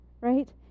right